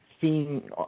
Seeing